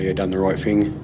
yeah done the right thing,